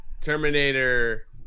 Terminator